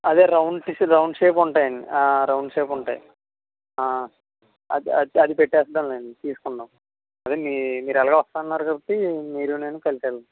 అదే round fish round shape ఉంటాయి అండి రౌండ్ షేప్ ఉంటాయి అది అది అది పెట్టేద్దాం లేండి తీసుకుందాం అదే మీ మీరు ఏలాగో వస్తా అన్నారు కాబట్టి మీరు నేను కలిసి వెళ్దాం